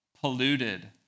polluted